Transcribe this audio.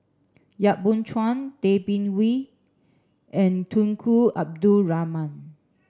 Yap Boon Chuan Tay Bin Wee and Tunku Abdul Rahman